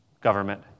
government